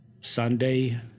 Sunday